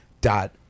dot